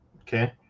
Okay